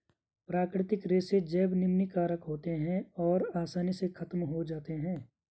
प्राकृतिक रेशे जैव निम्नीकारक होते हैं और आसानी से ख़त्म हो जाते हैं